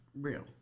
real